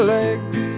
legs